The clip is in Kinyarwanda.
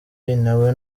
nawe